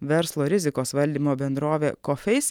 verslo rizikos valdymo bendrovė coface